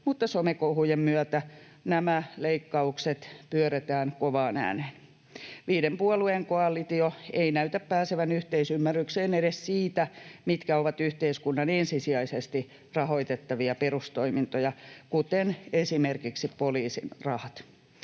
mutta some-kohujen myötä nämä leikkaukset pyörretään kovaan ääneen. Viiden puolueen koalitio ei näytä pääsevän yhteisymmärrykseen edes siitä, mitkä ovat yhteiskunnan ensisijaisesti rahoitettavia perustoimintoja, kuten esimerkiksi poliisin rahat.